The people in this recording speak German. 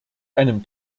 einem